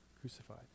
crucified